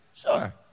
Sure